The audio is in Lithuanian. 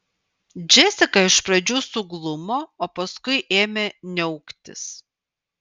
džesika iš pradžių suglumo o paskui ėmė niauktis